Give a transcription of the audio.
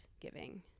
giving